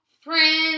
Friends